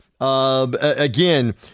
Again